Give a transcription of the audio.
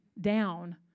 down